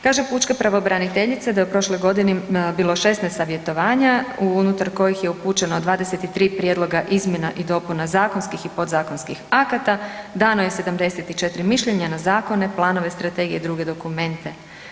Kaže pučka pravobraniteljica da je u prošloj godini bilo 16 savjetovanja unutar kojih je upućeno 23 prijedloga izmjena i dopuna zakonskih i podzakonskih akata, dano je 74 mišljenja na zakone, planove, strategije i druge dokumente.